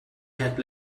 had